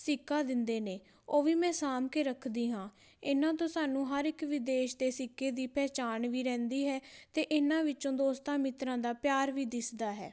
ਸਿੱਕਾ ਦਿੰਦੇ ਨੇ ਉਹ ਵੀ ਮੈਂ ਸਾਂਭ ਕੇ ਰੱਖਦੀ ਹਾਂ ਇਹਨਾਂ ਤੋਂ ਸਾਨੂੰ ਹਰ ਇੱਕ ਵਿਦੇਸ਼ ਦੇ ਸਿੱਕੇ ਦੀ ਪਹਿਚਾਣ ਵੀ ਰਹਿੰਦੀ ਹੈ ਅਤੇ ਇਹਨਾਂ ਵਿੱਚੋਂ ਦੋਸਤਾਂ ਮਿੱਤਰਾਂ ਦਾ ਪਿਆਰ ਵੀ ਦਿੱਸਦਾ ਹੈ